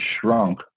shrunk